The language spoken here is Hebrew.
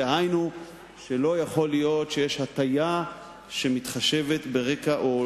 דהיינו שלא יכול להיות שיש הטיה שמתחשבת ברקע או